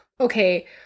okay